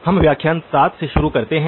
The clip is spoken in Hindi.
हम व्याख्यान 7 से शुरू करते हैं